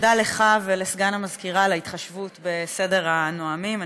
תודה לך ולסגן המזכירה על ההתחשבות בעניין סדר הנואמים.